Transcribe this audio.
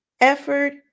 effort